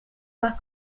más